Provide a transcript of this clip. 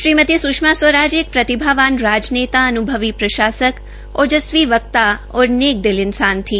श्रीमती स्वराज एक प्रतिभावान राजनेता अन्भवी प्रशासक ओजस्वी वक्ता और नेक दिल इन्सान थी